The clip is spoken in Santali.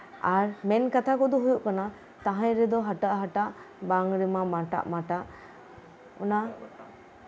ᱟᱨ ᱢᱮᱱᱠᱟᱛᱷᱟ ᱠᱚᱫᱚ ᱦᱩᱭᱩᱜ ᱠᱟᱱᱟ ᱛᱟᱦᱮᱱ ᱨᱮᱫᱚ ᱦᱟᱴᱟᱜ ᱦᱟᱴᱟᱜ ᱵᱟᱝ ᱨᱮᱢᱟ ᱵᱟᱴᱟᱜ ᱵᱟᱴᱟᱜ ᱚᱱᱟ